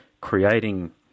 creating –